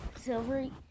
Silvery